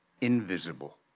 invisible